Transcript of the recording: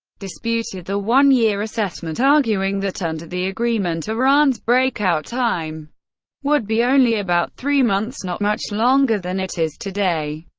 disputed the one-year assessment, arguing that under the agreement, iran's breakout time would be only about three months, not much longer than it is today.